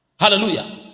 Hallelujah